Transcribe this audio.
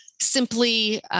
simply